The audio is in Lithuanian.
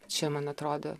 čia man atrodo